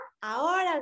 ahora